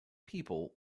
people